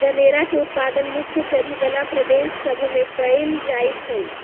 जनेरा के उत्पादन मुख्य चरी बला प्रदेश सभ में कएल जाइ छइ